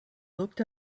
looked